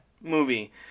movie